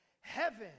Heaven